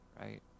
right